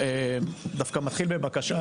אני דווקא מתחיל בבקשה,